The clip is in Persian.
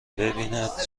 ببیند